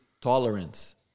tolerance